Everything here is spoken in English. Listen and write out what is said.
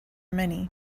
many